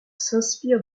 s’inspire